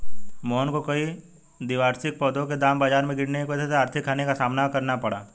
मोहन को कई द्विवार्षिक पौधों के दाम बाजार में गिरने की वजह से आर्थिक हानि का सामना करना पड़ा